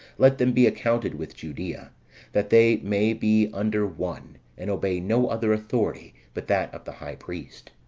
let them be accounted with judea that they may be under one, and obey no other authority but that of the high priest